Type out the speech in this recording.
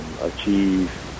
achieve